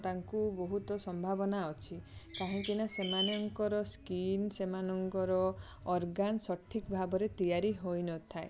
ତାଙ୍କୁ ବହୁତ ସମ୍ଭାବନା ଅଛି କାଇଁକିନା ସେମାଙ୍କର ସ୍କିନ୍ ସେମାନଙ୍କର ଅରର୍ଗାନ୍ ସଠିକ୍ ଭାବରେ ତିଆରି ହୋଇନଥାଏ